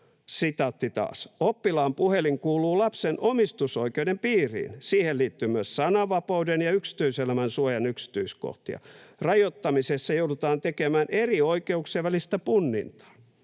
tietysti. ”Oppilaan puhelin kuuluu lapsen omistusoikeuden piiriin. Siihen liittyy myös sananvapauden ja yksityiselämän suojan yksityiskohtia. Rajoittamisessa joudutaan tekemään eri oikeuksien välistä punnintaa.”